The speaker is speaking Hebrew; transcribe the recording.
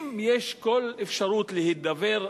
אם יש כל אפשרות להידבר,